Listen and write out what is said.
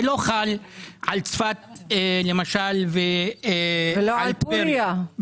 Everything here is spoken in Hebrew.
זה לא חל על צפת, זה לא חל על פורייה,